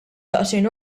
daqsxejn